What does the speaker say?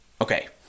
Okay